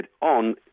on